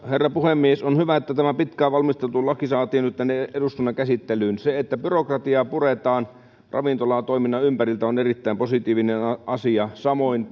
herra puhemies on hyvä että tämä pitkään valmisteltu laki saatiin nyt eduskunnan käsittelyyn se että byrokratiaa puretaan ravintolatoiminnan ympäriltä on erittäin positiivinen asia samoin